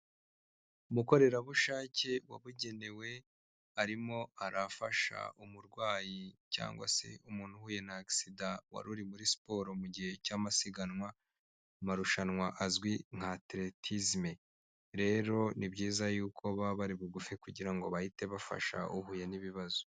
Umukorerabushake wabugenewe, arimo arafasha umurwayi cyangwa se umuntu uhuye agisida, wari uri muri siporo mu gihe cy'amasiganwa, amarushanwa azwi nk'ateletisme, rero ni byiza y'uko baba bari bugufi kugira ngo bahite bafasha uhuye n'ibibazo.